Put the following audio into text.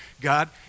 God